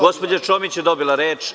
Gospođa Čomić je dobila reč.